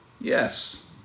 Yes